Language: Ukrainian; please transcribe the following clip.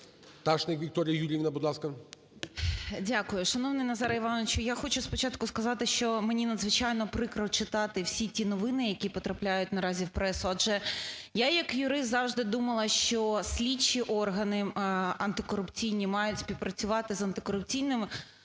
Пташник Вікторія Юріївна, будь ласка. 12:51:30 ПТАШНИК В.Ю. Шановний Назаре Івановичу, я хочу спочатку сказати, що мені надзвичайно прикро читати всі ті новини, які потрапляють наразі в пресу. Адже я як юрист завжди думала, що слідчі органи антикорупційні мають співпрацювати з антикорупційним прокурором.